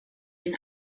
den